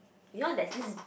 you know there's this